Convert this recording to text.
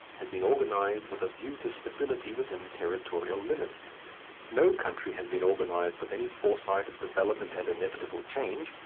has been organized with a view to stability within territorial limits no country has been organized with any foresight of development and inevitable change,